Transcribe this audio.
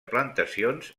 plantacions